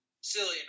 silly